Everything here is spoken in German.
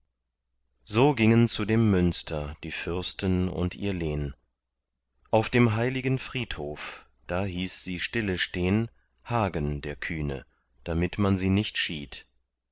so gingen zu dem münster die fürsten und ihr lehn auf dem heiligen friedhof da hieß sie stille stehn hagen der kühne damit man sie nicht schied